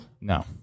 No